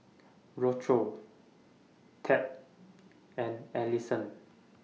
Tab and Ellison